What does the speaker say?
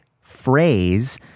phrase